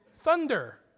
thunder